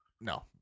No